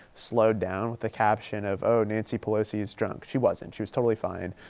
slowed down with a caption of, oh, nancy pelosi is drunk. she wasn't, she was totally fine.